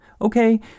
Okay